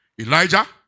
Elijah